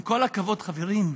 עם כל הכבוד, חברים,